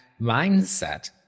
mindset